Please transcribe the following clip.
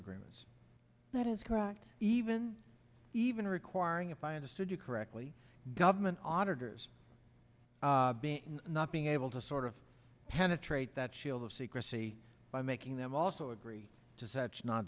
agreements that is correct even even requiring if i understood you correctly government auditors not being able to sort of penetrate that shield of secrecy by making them also agree to such no